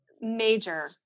major